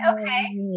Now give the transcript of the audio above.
okay